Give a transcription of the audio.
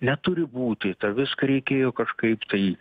neturi būti tą viską reikėjo kažkaip tai